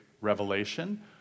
revelation